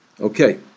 Okay